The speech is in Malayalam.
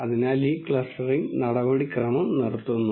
അതിനാൽ ഈ ക്ലസ്റ്ററിംഗ് നടപടിക്രമം നിർത്തുന്നു